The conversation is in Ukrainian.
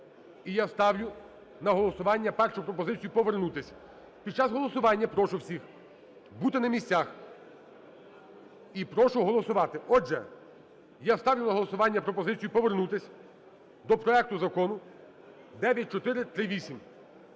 І я ставлю на голосування першу пропозицію повернутись. Під час голосування прошу всіх бути на місцях і прошу голосувати. Отже, я ставлю на голосування пропозицію повернутись до проекту закону 9438.